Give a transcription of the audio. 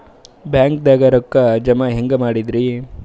ಬ್ಯಾಂಕ್ದಾಗ ರೊಕ್ಕ ಜಮ ಹೆಂಗ್ ಮಾಡದ್ರಿ?